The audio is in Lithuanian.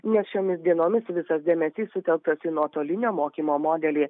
nes šiomis dienomis visas dėmesys sutelktas į nuotolinio mokymo modelį